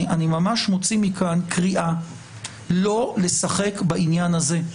אז אני ממש מוציא מכאן קריאה שלא לשחק בעניין הזה,